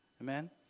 Amen